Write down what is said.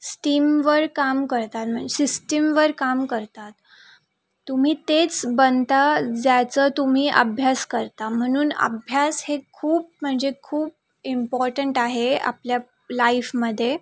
स्टीमवर काम करतात मन् सिस्टीमवर काम करतात तुम्ही तेच बनता ज्याचं तुम्ही अभ्यास करता म्हणून अभ्यास हे खूप म्हणजे खूप इम्पॉर्टंट आहे आपल्या लाईफमध्ये